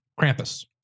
Krampus